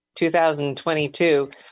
2022